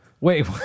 Wait